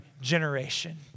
generation